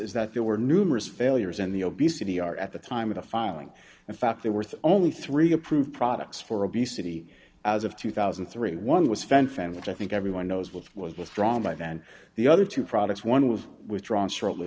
is that there were numerous failures in the obesity are at the time of the filing in fact there were only three approved products for obesity as of twenty thousand and thirty one was fanfan which i think everyone knows which was withdrawn by then the other two products one was withdrawn shortly